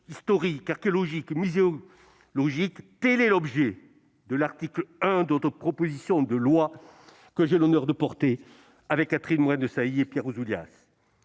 historique, archéologique et muséologique, tel est l'objet de l'article 1 de la proposition de loi que j'ai l'honneur de porter avec Catherine Morin-Desailly et Pierre Ouzoulias.